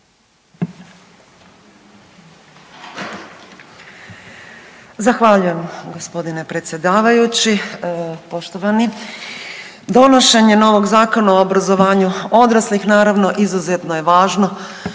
Zahvaljujem g. predsjedavajući. Poštovani. Donošenje novog Zakona o obrazovanju odraslih naravno izuzetno je važno